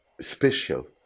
special